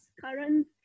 current